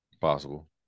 Possible